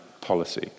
policy